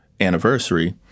anniversary